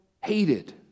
hated